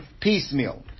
piecemeal